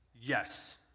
Yes